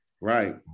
Right